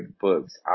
books